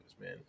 man